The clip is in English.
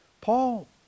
Paul